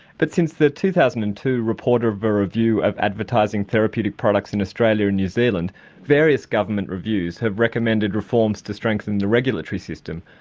but since the two thousand and two report of a review of advertising therapeutic products in australia and new zealand various government reviews have recommended reforms to strengthen the regulatory system,